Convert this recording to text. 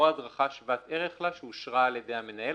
או הדרכה שוות ערך לה שאושרה על ידי המנהל".